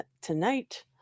tonight